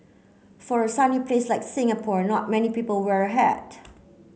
for a sunny place like Singapore not many people wear a hat